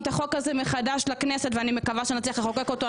החוק הזה מחדש לכנסת ואני מקווה שנצליח לחוקק אותו.